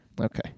Okay